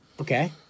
Okay